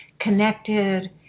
connected